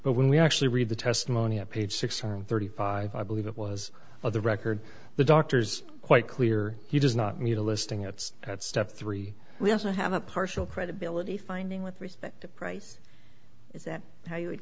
but when we actually read the testimony at page six hundred thirty five i believe it was on the record the doctor's quite clear he does not need a listing it's at step three we also have a partial credibility finding with respect to price is that how you would